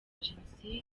jenoside